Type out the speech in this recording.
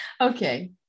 Okay